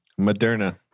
Moderna